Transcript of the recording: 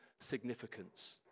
significance